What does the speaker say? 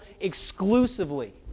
exclusively